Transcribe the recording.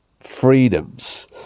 freedoms